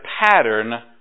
pattern